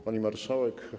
Pani Marszałek!